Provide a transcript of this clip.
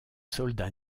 soldats